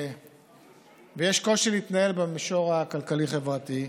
ויש קושי להתנהל במישור הכלכלי-חברתי.